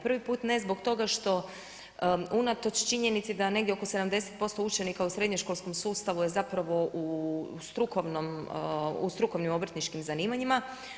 Prvi put ne zbog toga što unatoč činjenici da negdje oko 70% učenika u srednjoškolskom sustavu je zapravo u strukovnim obrtničkim zanimanjima.